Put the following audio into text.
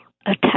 attack